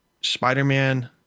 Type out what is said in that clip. spider-man